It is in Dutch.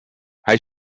hij